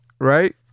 right